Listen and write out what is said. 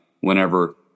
whenever